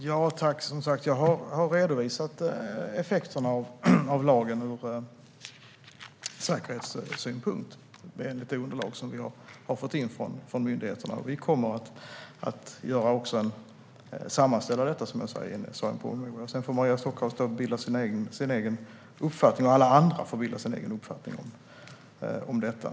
Fru talman! Jag har redovisat effekterna av lagen ur säkerhetssynpunkt i enlighet med det underlag som vi har fått in från myndigheterna. Vi kommer också att sammanställa detta i en promemoria. Sedan får Maria Stockhaus liksom alla andra bilda sig en egen uppfattning om detta.